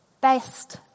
best